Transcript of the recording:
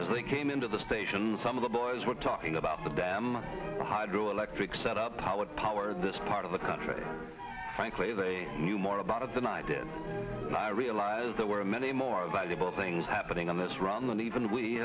they came into the station some of the boys were talking about the dam hydro electric set up power power in this part of the country frankly they knew more about it than i did i realized there were many more valuable things happening on this run than even we